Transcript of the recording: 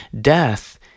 Death